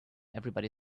everybody